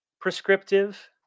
prescriptive